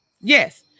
Yes